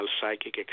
psychic